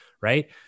Right